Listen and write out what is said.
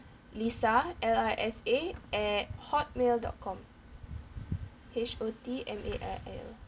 lisa L I S A at Hotmail dot com H O T M A I L